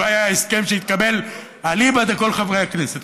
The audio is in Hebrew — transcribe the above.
זה היה ההסכם שהתקבל אליבא דכל חברי הכנסת,